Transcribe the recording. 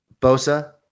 Bosa